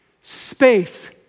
space